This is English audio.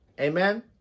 Amen